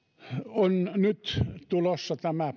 on nyt tulossa tämä